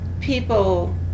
people